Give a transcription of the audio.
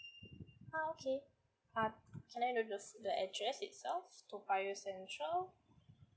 ah okay uh can I know the the address itself toa payoh central